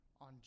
on